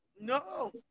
no